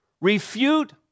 refute